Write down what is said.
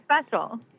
special